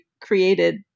created